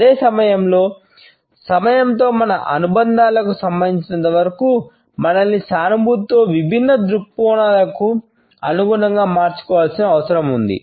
అదే సమయంలో సమయంతో మన అనుబంధాలకు సంబంధించినంతవరకు మనల్ని సానుభూతితో విభిన్న దృక్కోణాలకు అనుగుణంగా మార్చుకోవలసిన అవసరం ఉంది